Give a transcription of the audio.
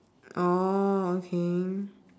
oh okay